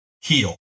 heal